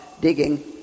digging